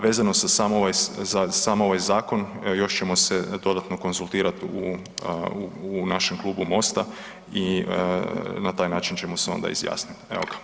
Vezano samo za ovaj zakon, još ćemo se dodatno konzultirati u našem klubu Mosta i na taj način ćemo se onda izjasnit.